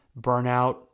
burnout